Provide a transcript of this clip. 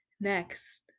Next